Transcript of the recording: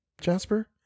Jasper